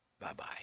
Bye-bye